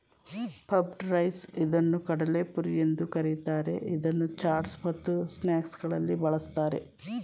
puffed rice ಇದನ್ನು ಕಡಲೆಪುರಿ ಎಂದು ಕರಿತಾರೆ, ಇದನ್ನು ಚಾಟ್ಸ್ ಮತ್ತು ಸ್ನಾಕ್ಸಗಳಲ್ಲಿ ಬಳ್ಸತ್ತರೆ